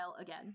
again